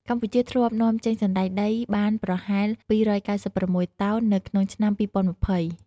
កម្ពុជាធ្លាប់នាំចេញសណ្តែកដីបានប្រហែល ២៩៦ តោននៅក្នុងឆ្នាំ ២០២០។